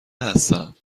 هستم